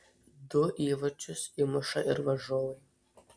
du įvarčius įmuša ir varžovai